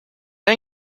han